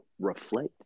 reflect